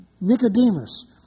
Nicodemus